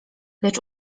lecz